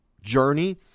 journey